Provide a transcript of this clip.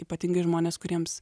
ypatingai žmonės kuriems